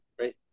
right